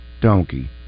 donkey